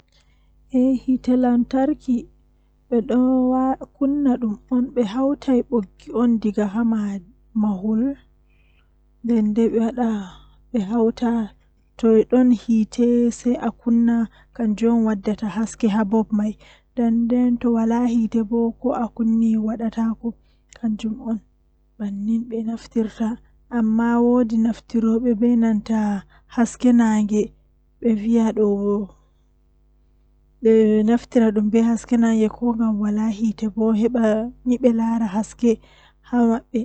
Fijide mi burda yidugo kanjum woni ballon bedon wiya dum football malla soccer be turankoore nden fijirde man beldum masin nden himbe dubbe don yidi halla man.